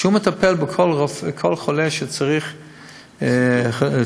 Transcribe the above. שמטפל בכל חולה שצריך צנתור.